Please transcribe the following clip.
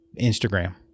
Instagram